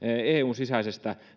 eun sisäisestä